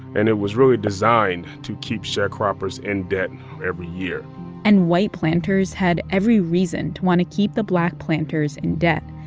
and it was really designed to keep sharecroppers in debt every year and white planters had every reason to want to keep the black planters in debt.